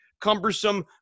cumbersome